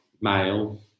male